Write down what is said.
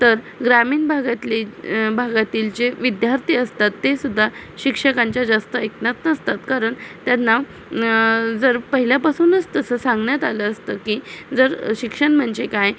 तर ग्रामीण भागातले भागातील जे विद्यार्थी असतात ते सुद्धा शिक्षकांच्या जास्त ऐकण्यात नसतात कारण त्यांना जर पहिल्यापासूनच तसं सांगण्यात आलं असतं की जर शिक्षण म्हणजे काय